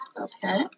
okay